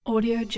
Audio